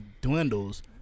dwindles